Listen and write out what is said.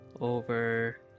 over